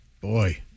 Boy